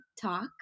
talk